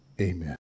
Amen